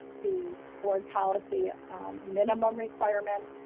the board policy minimum requirement,